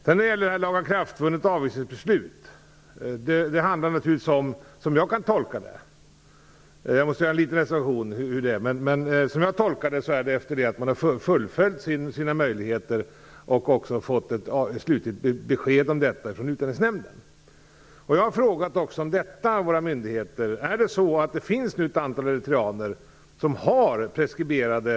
Vad gäller frågan om lagakraftvunna avvisningsbeslut vill jag göra en liten reservation, men så som jag tolkar det räknas tiden från det att man fullfölljt sina möjligheter och dessutom fått ett slutligt besked om det från Utlänningsnämnden. Jag har frågat våra myndigheter om det finns några eritreaner vars avvisningsbeslut är preskriberade.